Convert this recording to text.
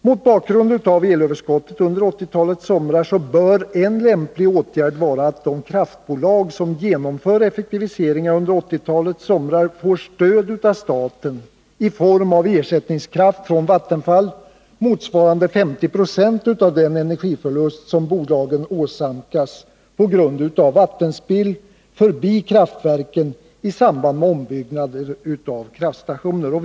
Mot bakgrund av det väntade elöverskottet under 1980-talets somrar bör en lämplig åtgärd vara att de kraftbolag som genomför effektiviseringar under desså somrar får stöd av staten i form av ersättningskraft från Vattenfall, motsvarande 50 96 av den energiförlust som resp. bolag åsamkas på grund av vattenspill förbi sitt kraftverk i samband med ombyggnad av kraftstationerna.